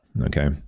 okay